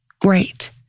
great